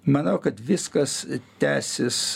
manau kad viskas tęsis